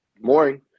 Morning